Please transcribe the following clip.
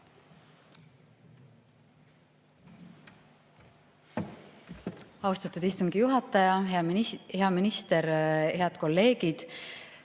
Austatud istungi juhataja! Hea minister! Head kolleegid!